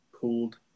pulled